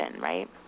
right